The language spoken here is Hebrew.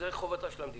זו חובתה של המדינה.